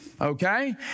okay